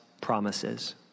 promises